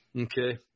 Okay